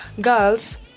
girls